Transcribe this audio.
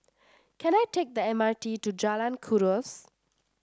can I take the M R T to Jalan Kuras